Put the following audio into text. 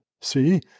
see